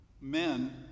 men